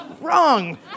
Wrong